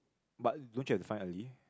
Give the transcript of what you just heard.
but don't you have to find early